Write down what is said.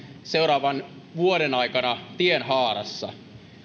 seuraavan vuoden aikana tienhaarassa